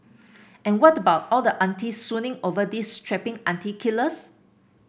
and what about all the aunties swooning over these strapping auntie killers